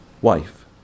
wife